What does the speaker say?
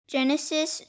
Genesis